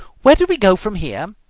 where do we go from here?